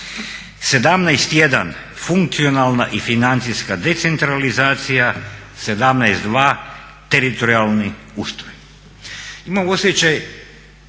17.1, funkcionalna i financijska decentralizacija, 17.2 teritorijalni ustroj. Imam osjećaj,